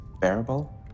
bearable